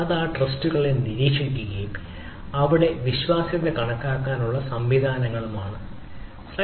അത് ആ ട്രസ്റ്റുകളെ നിരീക്ഷിക്കുകയും അവിടെയും വിശ്വാസ്യത കണക്കാക്കാനുള്ള സംവിധാനങ്ങളാണ് ഇവ